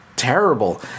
terrible